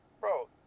Bro